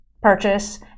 purchase